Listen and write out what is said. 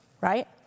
Right